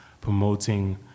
promoting